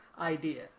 idea